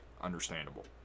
understandable